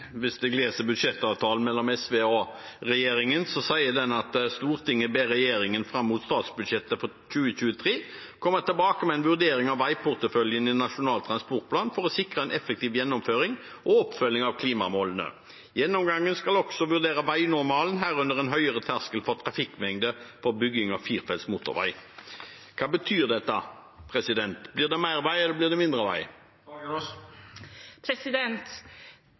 budsjettavtalen mellom SV og regjeringen, står det: «Stortinget ber Regjeringen frem mot statsbudsjettet for 2023 komme tilbake med en vurdering av veiporteføljen i NTP for å sikre en effektiv gjennomføring og oppfølging av klimamålene. Gjennomgangen skal også vurdere veinormalene, herunder en høyere terskel for trafikkmengde for bygging av firefelts motorveier». Hva betyr dette? Blir det mer vei, eller blir det mindre